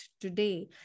today